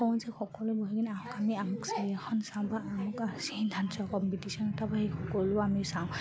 কওঁ যে সকলোৱে বহি কিনে আকৌ আমি আমুক চিৰিয়েল এখন চাওঁ বা আমুক আছিল ডান্সৰ কম্পিটিশ্যন এটা বহি সকলোৱে আমি চাওঁ